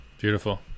Beautiful